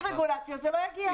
בלי רגולציה זה לא יגיע.